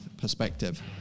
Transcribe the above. perspective